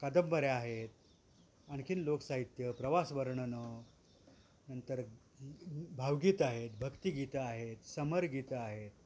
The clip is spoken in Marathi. कादंबऱ्या आहेत आणखी लोक साहित्य प्रवास वर्णनं नंतर भावगीत आहेत भक्तिगीतं आहेत समरगीतं आहेत